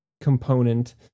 component